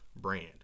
Brand